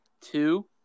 Two